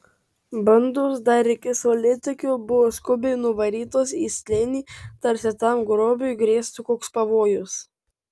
bandos dar iki saulėtekio buvo skubiai nuvarytos į slėnį tarsi tam grobiui grėstų koks pavojus